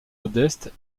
modestes